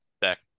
back